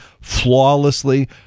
flawlessly